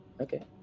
Okay